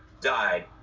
died